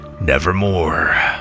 nevermore